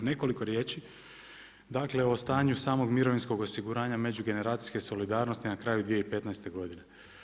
Nekoliko riječi dakle o stanju samog mirovinskog osiguranja međugeneracijske solidarnosti na kraju 2015. godine.